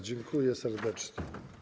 Dziękuję serdecznie.